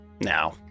now